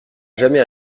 jamais